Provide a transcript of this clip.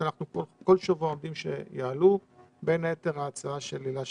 אנחנו הכתובת הראשונה לשלוח לרופא העור לזהות את זה.